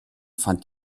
fand